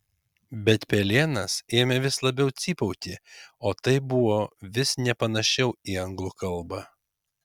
bet pelėnas ėmė vis labiau cypauti o tai buvo vis nepanašiau į anglų kalbą